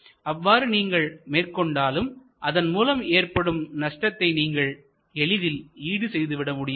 அவ்வாறு நீங்கள் மேற்கொண்டாலும் அதன் மூலம் ஏற்படும் நஷ்டத்தை நீங்கள் எளிதில் ஈடு செய்து விட முடியாது